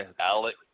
Alex